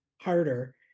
harder